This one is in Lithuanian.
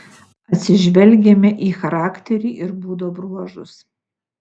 atsižvelgiame į charakterį ir būdo bruožus